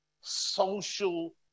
social